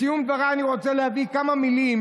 בסיום דבריי אני רוצה להביא כמה מילים